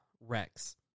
Rex